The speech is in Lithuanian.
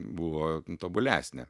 buvo tobulesnė